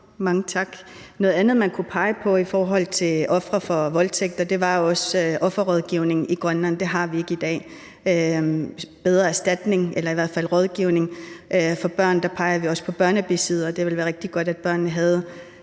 Noget andet, man kunne pege på i Grønland i forhold til ofre for voldtægt, er offerrådgivning. Det har vi ikke i dag. I forhold til bedre erstatning til eller i hvert fald rådgivning for børn peger vi også på børnebisiddere. Det ville være rigtig godt, at børnene havde